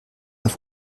auf